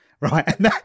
right